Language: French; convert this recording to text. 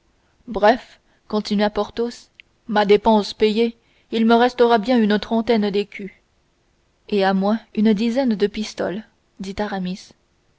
bref continua porthos ma dépense payée il me restera bien une trentaine d'écus et à moi une dizaine de pistoles dit aramis